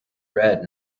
red